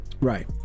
Right